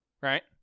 right